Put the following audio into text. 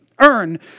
earn